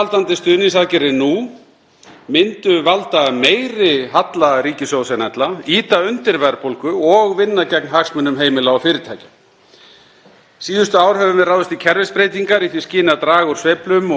Síðustu ár höfum við ráðist í kerfisbreytingar í því skyni að draga úr sveiflum og auka sveigjanleika og viðnámsþrótt heimila með góðum árangri. Nýlegar breytingar á tekjuskattskerfinu hafa lækkað skattbyrði og jaðarskatta þeirra tekjulægstu umtalsvert